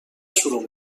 شروع